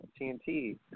TNT